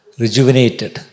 rejuvenated